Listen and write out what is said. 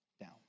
down